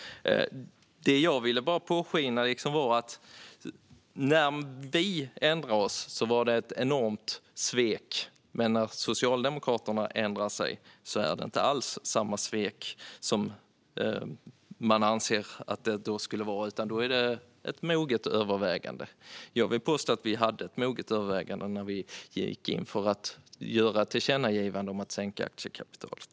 Jag ville bara påpeka att när vi ändrar oss anser man det vara ett enormt svek, men när Socialdemokraterna ändrar sig är det inte alls samma svek utan ett moget övervägande. Jag vill påstå att vi gjorde ett moget övervägande när vi gick in för att göra ett tillkännagivande om att sänka aktiekapitalet.